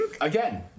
Again